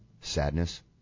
sadness